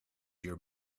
your